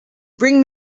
bring